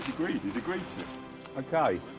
agreed, he's agreed to it. ok.